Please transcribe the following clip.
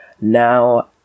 Now